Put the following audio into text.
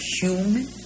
human